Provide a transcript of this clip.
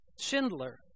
Schindler